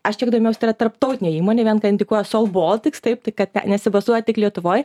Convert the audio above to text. aš čia kiek domėjaus tai yra tarptautinė įmonė vien ką indikuoja sol baltics taip tai kad nesibazuoja tik lietuvoj